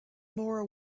more